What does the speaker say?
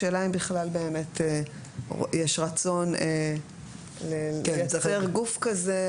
השאלה אם בכלל באמת יש רצון לייצר גוף כזה,